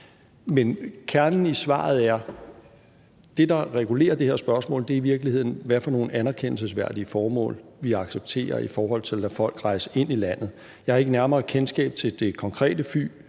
Men kernen i svaret er, at det, der regulerer det her spørgsmål, i virkeligheden er, hvad for nogle anerkendelsesværdige formål, vi accepterer, i forhold til at lade folk rejse ind i landet. Jeg har ikke nærmere kendskab til det konkrete fly